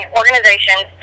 organizations